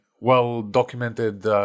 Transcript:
well-documented